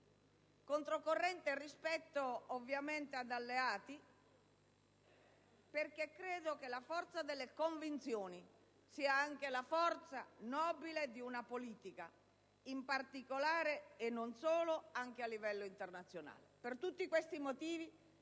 controcorrente rispetto agli alleati. Credo, infatti, che la forza delle convinzioni sia anche la forza nobile di una politica, in particolare, e non solo, a livello internazionale. Per tutti questi motivi,